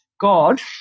God